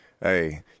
Hey